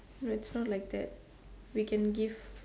it's not like that we can give